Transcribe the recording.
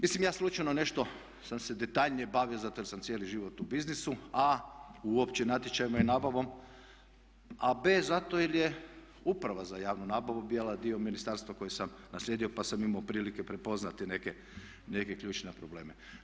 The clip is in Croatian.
Mislim ja slučajno nešto sam se detaljnije bavio zato jer sam cijeli život u biznisu, a) uopće natječajima i nabavom a b) zato jer je Uprava za javnu nabavu bila dio ministarstva koje sam naslijedio pa sam imao prilike prepoznati neke ključne probleme.